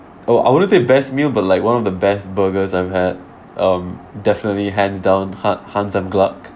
oh I wouldn't say best meal but like one of the best burgers I've had um definitely hands down hans Hans im Glück